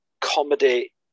comedy